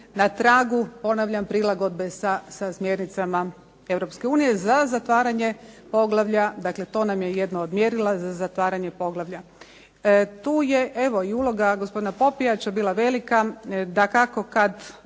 Na tragu ponavljam prilagodbe sa smjernicama Europske unije, za zatvaranje poglavlja. Dakle, to nam je jedno od mjerila za zatvaranje poglavlja. Tu je evo i uloga gospodina Popijača bila velika. Dakako da